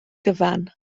gyfan